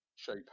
shape